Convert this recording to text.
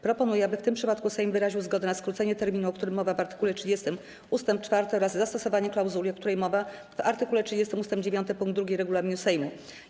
Proponuję, aby w tym przypadku Sejm wyraził zgodę na skrócenie terminu, o którym mowa w art. 30 ust. 4, oraz zastosowanie klauzuli, o której mowa w art. 30 ust. 9 pkt 2 regulaminu Sejmu.